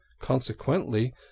consequently